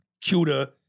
cuter